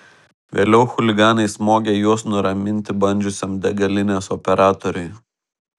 vėliau chuliganai smogė juos nuraminti bandžiusiam degalinės operatoriui